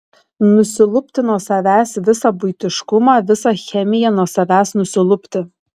nusilupti nuo savęs visą buitiškumą visą chemiją nuo savęs nusilupti